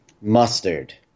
Mustard